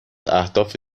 اهداف